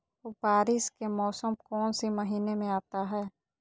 बारिस के मौसम कौन सी महीने में आता है?